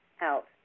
out